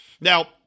Now